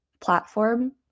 platform